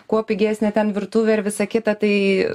kuo pigesnė ten virtuvė ir visa kita tai